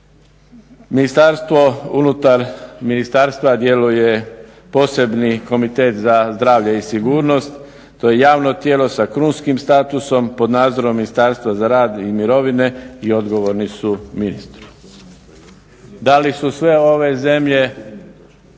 ministarstvo unutar ministarstva djeluje posebni komitet za zdravlje i sigurnost, to je javno tijelo sa krunskim statusom, pod nadzorom Ministarstva za rad i mirovine i odgovorni su ministru. Da li su sve ove zemlje